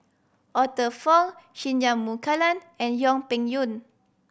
Arthur Fong Singai Mukilan and Yang Peng Yuan